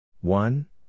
one